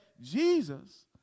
Jesus